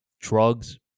drugs